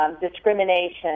discrimination